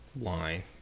line